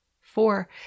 Four